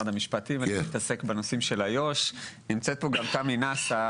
אני מתעסק בנושא של איו"ש, נמצאת פה גם תמי נאסה.